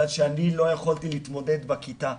בגלל שאני לא יכולתי להתמודד בכיתה,